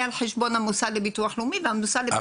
היא על חשבון המוסד לביטוח הלאומי והמוסד לביטוח הלאומי משלם ---.